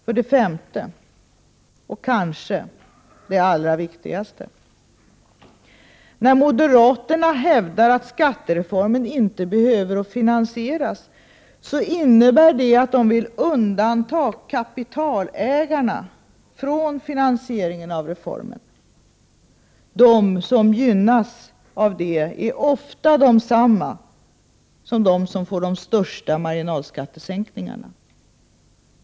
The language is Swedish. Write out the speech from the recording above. För det femte, och kanske det allra viktigaste: När moderaterna hävdar att skattereformen inte behöver finansieras, innebär det att de vill undanta kapitalägarna från finansieringen av reformen. De som gynnas av det är ofta desamma som de som får de största marginalskattesänkningarna.